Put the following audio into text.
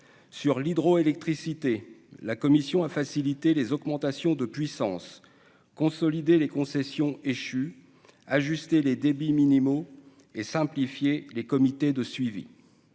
sur l'hydroélectricité, la commission a facilité les augmentations de puissance consolider les concessions échues ajuster les débits minimaux et simplifier les comités de suivi